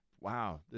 Wow